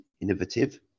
innovative